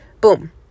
boom